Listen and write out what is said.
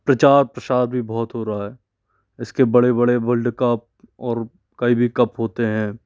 प्रचार प्रसार भी बहुत हो रहा है इसके बड़े बड़े वर्ल्ड कप और कई भी कप होते हैं